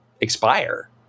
expire